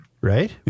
right